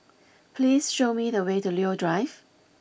please show me the way to Leo Drive